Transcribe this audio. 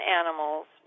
animals